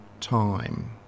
time